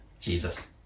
Jesus